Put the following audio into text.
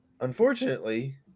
unfortunately